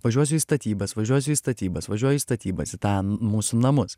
važiuosiu į statybas važiuosiu į statybas važiuojų į statybas į tą mūsų namus